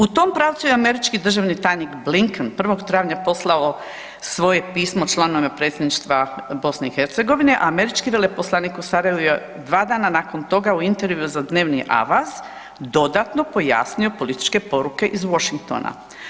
U tom pravcu je američki državni tajnik Blinken 1. travnja poslao svoje pismo članovima Predsjedništva Bosne i Hercegovine, a američki veleposlanik u Sarajevu je dva dana nakon toga u intervjuu za dnevni Avaz dodatno pojasnio političke poruke iz Washingtona.